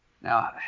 now